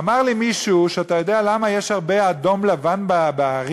אמר לי מישהו: אתה יודע למה יש הרבה אדום-לבן בערים?